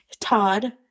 Todd